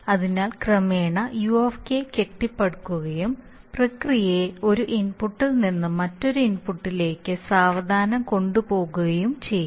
അതിനാൽ ക്രമേണ UK കെട്ടിപ്പടുക്കുകയും പ്രക്രിയയെ ഒരു ഇൻപുട്ടിൽ നിന്ന് മറ്റൊരു ഇൻപുട്ടിലേക്ക് സാവധാനം കൊണ്ടുപോകുകയും ചെയ്യും